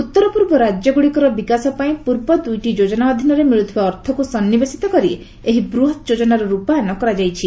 ଉତ୍ତରପୂର୍ବ ରାଜ୍ୟଗୁଡ଼ିକର ବିକାଶ ପାଇଁ ପୂର୍ବ ଦୁଇଟି ଯୋଜନା ଅଧୀନରେ ମିଳୁଥିବା ଅର୍ଥକୁ ସନ୍ଦିବେଶିତ କରି ଏହି ବୃହତ ଯୋଜନାର ରୂପାୟନ କରାଯାଇଛି